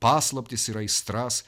paslaptis ir aistras